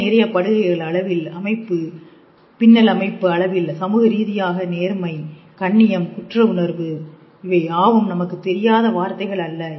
நிறைய நிறைய படுகைகள் அளவில் அமைப்பு பின்னல் அமைப்பு அளவில் சமூக ரீதியாக நேர்மைகண்ணியம்குற்றவுணர்வு இவையாவும் நமக்கு தெரியாத வார்த்தைகள் அல்ல